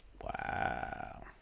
Wow